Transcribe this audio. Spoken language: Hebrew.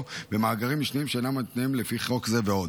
במאגרים משניים שאינם מתנהלים לפי חוק זה ועוד.